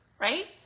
right